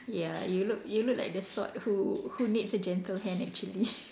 ya you look you look like the sort who who needs a gentle hand actually